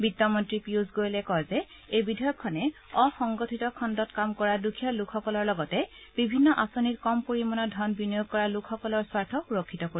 বিত্তমন্ত্ৰী পীয়ুষ গোৱেলে কয় যে এই বিধেয়কখনে অসংগঠিত খণ্ডত কাম কৰা দুখীয়া লোকসকলৰ লগতে বিভিন্ন আঁচনিত কম পৰিমাণৰ ধন বিনিয়োগ কৰা লোকসকলৰ স্বাৰ্থ সুৰক্ষিত কৰিব